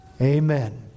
Amen